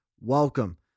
Welcome